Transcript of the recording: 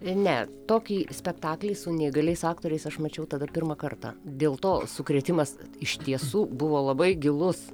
ne tokį spektaklį su neįgaliais aktoriais aš mačiau tada pirmą kartą dėl to sukrėtimas iš tiesų buvo labai gilus